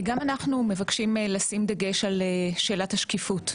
גם אנחנו מבקשים לשים דגש על שאלת השקיפות.